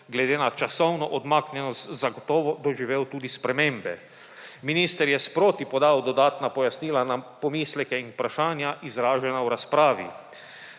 glede na časovno odmaknjenost zagotovo doživel tudi spremembe. Minister je sproti podal dodatna pojasnila na pomisleke in vprašanja, izražena v razpravi.